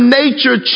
nature